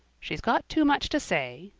she's got too much to say,